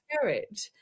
spirit